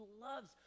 loves